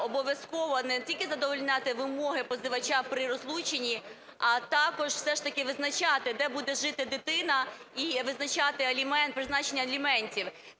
обов'язково не тільки задовольняти вимоги позивача при розлученні, а також все ж таки визначати, де буде жити дитина, і визначати призначення аліментів.